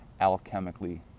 alchemically